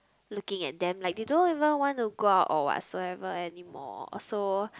looking at them like they don't even want to go out or whatsoever anymore so